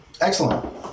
Excellent